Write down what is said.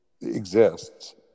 exists